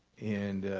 and